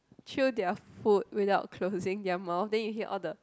chew their food without closing their mouth then you hear all the